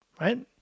right